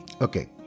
Okay